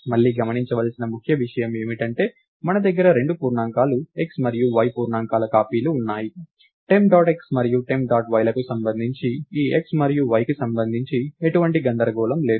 మళ్ళీ గమనించవలసిన ముఖ్య విషయం ఏమిటంటే మన దగ్గర రెండు పూర్ణాంకాలు x మరియు y పూర్ణాంకాల కాపీలు ఉన్నాయి టెంప్ డాట్ x మరియు టెంప్ డాట్ y లకు సంబంధించి ఈ x మరియు y కి సంబంధించి ఎటువంటి గందరగోళం లేదు